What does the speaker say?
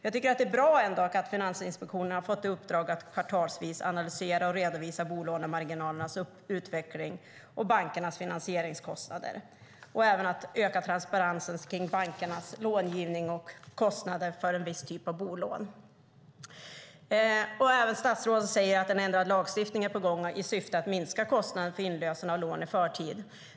Jag tycker ändå att det är bra att Finansinspektionen har fått i uppdrag att kvartalsvis analysera och redovisa bolånemarginalernas utveckling och bankernas finansieringskostnader samt att även öka transparensen kring bankernas långivning och kostnader för en viss typ av bolån. Statsrådet säger även att en ändrad lagstiftning är på gång i syfte att minska kostnaderna för inlösen av lån i förtid.